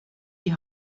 die